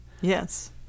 Yes